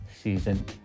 season